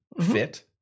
fit